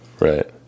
Right